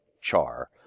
char